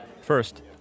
First